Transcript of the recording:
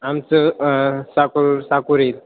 आमचं साकोर साकोरे